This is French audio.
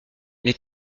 les